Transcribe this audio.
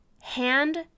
hand